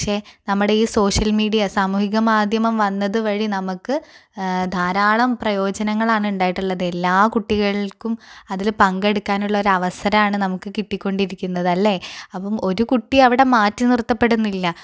പക്ഷെ നമ്മുടെ ഈ സോഷ്യൽ മീഡിയ സാമൂഹിക മാധ്യമം വന്നത് വഴി നമുക്ക് ധാരാളം പ്രയോജനങ്ങളാണ് ഉണ്ടായിട്ടുള്ളത് എല്ലാ കുട്ടികൾക്കും അതിൽ പങ്കെടുക്കാനുള്ള ഒരു അവസരവാണ് നമുക്ക് കിട്ടിക്കൊണ്ടിരിക്കുന്നതല്ലേ അപ്പം ഒരുകുട്ടി അവിടെ മാറ്റി നിർത്തപ്പെടുന്നില്ല